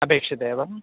अपेक्षते वा